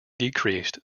decreased